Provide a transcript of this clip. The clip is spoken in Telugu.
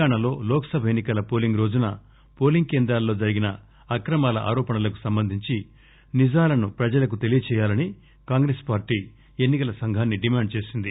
తెలంగాణలో లోక్ సభ ఎన్ని కల పోలింగ్ రోజున పోలింగ్ కేంద్రాల్లో జరిగిన అక్రమాల ఆరోపణలకుకు సంబంధించి నిజాలను ప్రజలకు తెలియజేయాలని కాంగ్రెస్ పార్టీ ఎన్ని కల సంఘాన్పి డిమాండ్ చేసింది